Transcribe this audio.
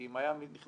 כי אם היה נכנס